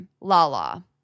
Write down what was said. Lala